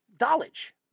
knowledge